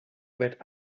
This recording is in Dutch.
werd